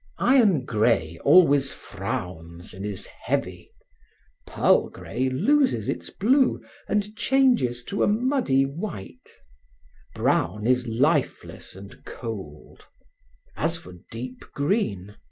iron grey always frowns and is heavy pearl grey loses its blue and changes to a muddy white brown is lifeless and cold as for deep green,